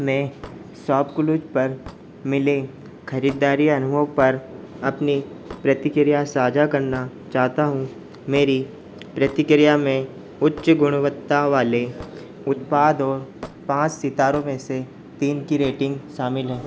मैं शॉपक्लूज़ पर मिले ख़रीदारी अनुभव पर अपनी प्रतिक्रिया साझा करना चाहता हूँ मेरी प्रतिक्रिया में उच्च गुणवत्ता वाले उत्पाद और पाँच सितारों में से तीन की रेटिंग शामिल है